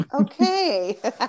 Okay